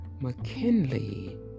McKinley